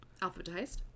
alphabetized